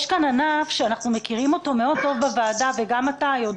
יש כאן ענף שאנחנו מכירים אותו מאוד טוב בוועדה וגם אתה יודע